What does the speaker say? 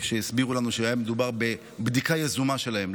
שהסבירו לנו שהיה מדובר בבדיקה יזומה שלהם.